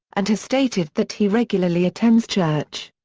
and has stated that he regularly attends church.